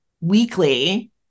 weekly